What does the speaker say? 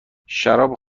شراب